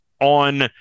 on